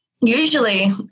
usually